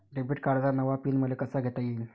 Debit कार्डचा नवा pin मले कसा घेता येईन?